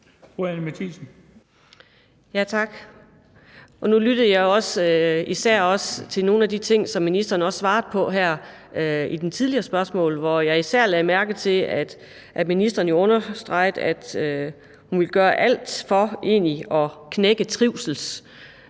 Nu lyttede jeg til nogle af de ting, som ministeren også svarede på her ved det tidligere spørgsmål, hvor jeg især lagde mærke til, at ministeren understregede, at hun vil gøre alt for at knække trivselskurven,